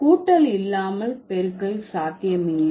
கூட்டல் இல்லாமல் பெருக்கல் சாத்தியமில்லை